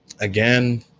again